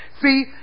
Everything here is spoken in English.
See